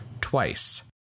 twice